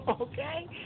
okay